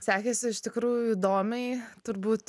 sekėsi iš tikrųjų įdomiai turbūt